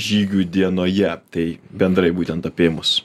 žygių dienoje tai bendrai būtent apėmus